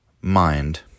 mind